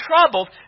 troubled